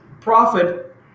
profit